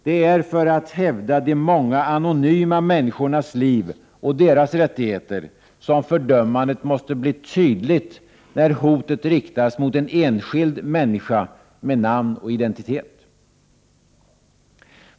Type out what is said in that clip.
Det är för att hävda de många anonyma människornas liv och deras rättigheter som fördömandet måste bli tydligt när hotet riktas mot en enskild människa med namn och identitet.